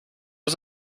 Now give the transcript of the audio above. was